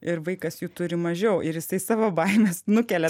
ir vaikas jų turi mažiau ir jisai savo baimes nukelia